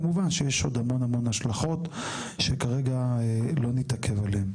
כמובן שיש עוד המון המון השלכות שכרגע לא נתעכב עליהן.